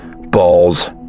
Balls